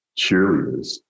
cheerleaders